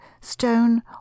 stone